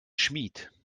schmied